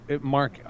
Mark